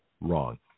wrong